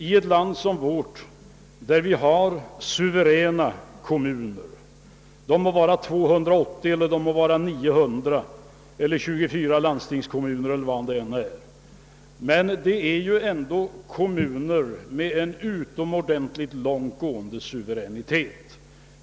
Vårt land har primärkommuner det må vara 280 eller 900 — med en långt gående suveränitet och 24 självständiga landstingskommuner.